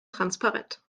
transparent